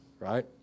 right